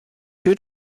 two